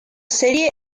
serie